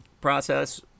process